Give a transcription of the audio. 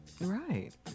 Right